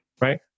right